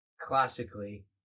classically